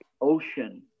ocean